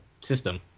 system